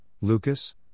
Lucas